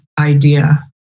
idea